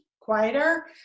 quieter